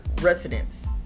residents